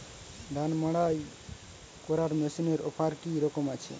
ধান মাড়াই করার মেশিনের অফার কী রকম আছে?